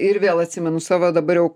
ir vėl atsimenu savo dabar jau